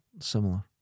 similar